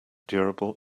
durable